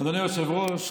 אדוני היושב-ראש,